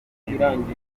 n’abirabura